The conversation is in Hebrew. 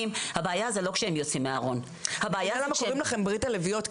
הבעיה היא לא כשהם יוצאים מהארון- -- בגלל זה קוראים לכם ברית הלביאות,